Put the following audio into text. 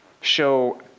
show